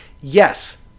Yes